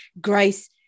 Grace